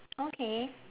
okay